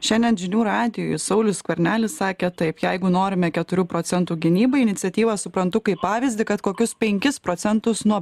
šiandien žinių radijui saulius skvernelis sakė taip jeigu norime keturių procentų gynybai iniciatyvą suprantu kaip pavyzdį kad kokius penkis procentus nuo